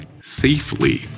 safely